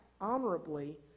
honorably